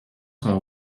son